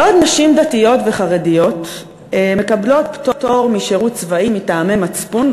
בעוד נשים דתיות וחרדיות מקבלות פטור משירות צבאי מטעמי מצפון,